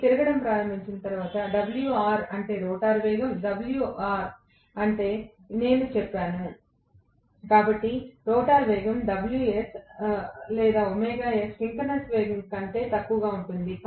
ఇది తిరగడం ప్రారంభించిన తర్వాత ωr అంటే రోటర్ వేగం ωr అని నేను మీకు చెప్పాను కాబట్టి రోటర్ వేగం ωs లేదా సింక్రోనస్ వేగం కంటే తక్కువగా ఉంటుంది